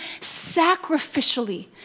sacrificially